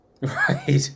right